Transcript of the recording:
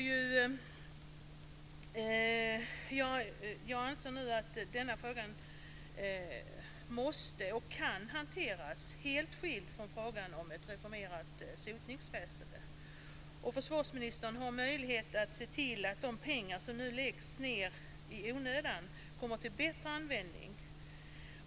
Jag anser nu att denna fråga måste och kan hanteras helt skild från frågan om ett reformerats sotningsväsen. Försvarsministern har möjlighet att se till att de pengar som nu läggs ned i onödan kommer till bättre användning.